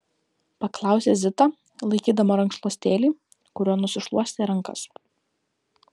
paklausė zita laikydama rankšluostėlį kuriuo nusišluostė rankas